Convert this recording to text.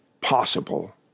possible